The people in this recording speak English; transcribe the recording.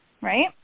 right